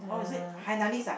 the